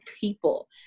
people